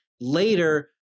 later